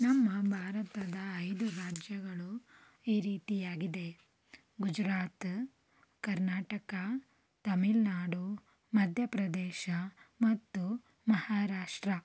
ನಮ್ಮ ಭಾರತದ ಐದು ರಾಜ್ಯಗಳು ಈ ರೀತಿಯಾಗಿದೆ ಗುಜರಾತ್ ಕರ್ನಾಟಕ ತಮಿಳುನಾಡು ಮಧ್ಯಪ್ರದೇಶ ಮತ್ತು ಮಹರಾಷ್ಟ್ರ